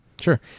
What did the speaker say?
Sure